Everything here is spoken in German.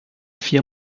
vier